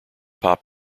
pop